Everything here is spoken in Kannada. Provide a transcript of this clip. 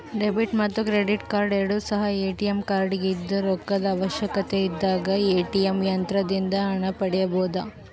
ಡೆಬಿಟ್ ಮತ್ತು ಕ್ರೆಡಿಟ್ ಕಾರ್ಡ್ ಎರಡು ಸಹ ಎ.ಟಿ.ಎಂ ಕಾರ್ಡಾಗಿದ್ದು ರೊಕ್ಕದ ಅವಶ್ಯಕತೆಯಿದ್ದಾಗ ಎ.ಟಿ.ಎಂ ಯಂತ್ರದಿಂದ ಹಣ ಪಡೆಯಬೊದು